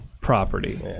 property